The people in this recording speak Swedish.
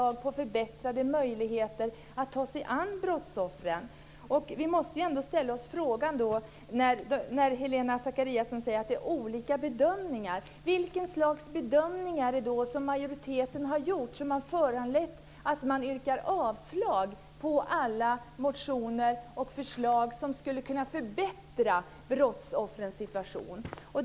När Helena Zakariasén säger att vi gör olika bedömningar måste man ställa sig frågan: Vilket slags bedömningar har majoriteten gjort som har föranlett att man yrkar avslag på alla motioner och förslag som skulle kunna förbättra brottsoffrens situation?